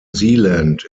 zealand